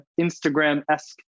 Instagram-esque